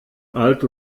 alt